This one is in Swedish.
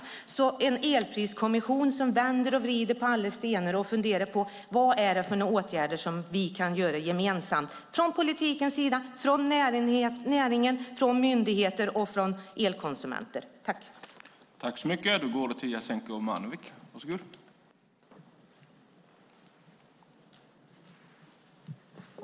Det handlar alltså om en elpriskommission som vänder på alla stenar och funderar på vad det är för åtgärder som vi kan vidta gemensamt från politikens sida, från näringens sida, från myndigheternas sida och från elkonsumenternas sida.